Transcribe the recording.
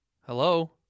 Hello